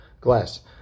Glass